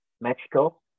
Mexico